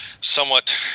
somewhat